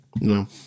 No